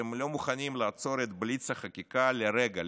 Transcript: אתם לא מוכנים לעצור את בליץ החקיקה לרגע,